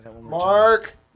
Mark